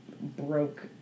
broke